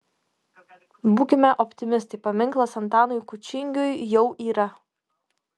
būkime optimistai paminklas antanui kučingiui jau yra